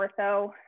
ortho